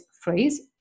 phrase